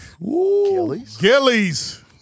Gillies